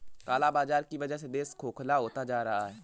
काला बाजार की वजह से देश खोखला होता जा रहा है